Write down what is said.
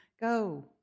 go